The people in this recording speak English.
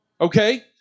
okay